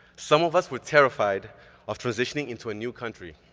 some of us were terrified of transitioning into a new country